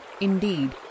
Indeed